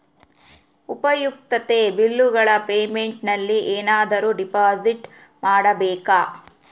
ಉಪಯುಕ್ತತೆ ಬಿಲ್ಲುಗಳ ಪೇಮೆಂಟ್ ನಲ್ಲಿ ಏನಾದರೂ ಡಿಪಾಸಿಟ್ ಮಾಡಬೇಕಾ?